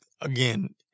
again